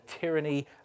tyranny